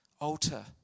altar